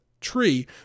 tree